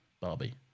Barbie